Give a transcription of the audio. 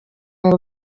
ngo